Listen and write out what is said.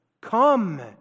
come